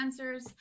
sensors